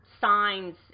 signs